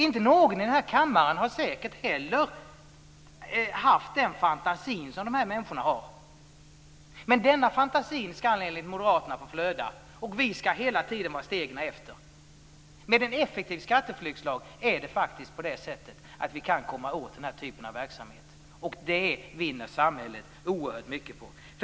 Inte någon i denna kammare har säkert heller haft den fantasi som dessa människor har. Men denna fantasi skall enligt moderaterna få flöda och vi skall hela tiden vara stegen efter. Med en effektiv skatteflyktslag kan vi komma åt den här typen av verksamhet och det vinner samhället oerhört mycket på.